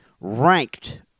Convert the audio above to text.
ranked